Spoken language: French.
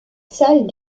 salle